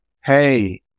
hey